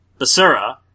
Basura